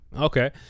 okay